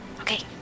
Okay